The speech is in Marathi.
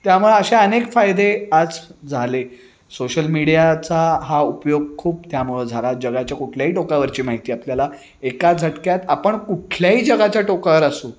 त्यामुळे अशा अनेक फायदे आज झाले सोशल मीडियाचा हा उपयोग खूप त्यामुळं झाला जगाच्या कुठल्याही टोकावरची माहिती आपल्याला एका झटक्यात आपण कुठल्याही जगाच्या टोकावर असू